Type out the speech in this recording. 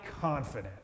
confident